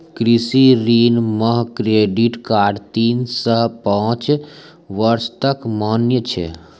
कृषि ऋण मह क्रेडित कार्ड तीन सह पाँच बर्ष तक मान्य छै